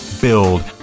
build